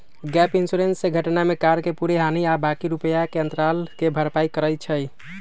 gap insurance से घटना में कार के पूरे हानि आ बाँकी रुपैया के अंतराल के भरपाई करइ छै